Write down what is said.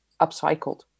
upcycled